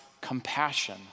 compassion